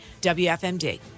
WFMD